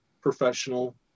professional